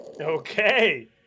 Okay